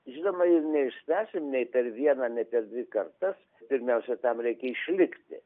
žinoma ir neišspręsim nei per vieną ne tik dvi kartas pirmiausia tam reikia išlikti